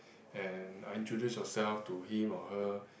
and I introduce yourself to him or her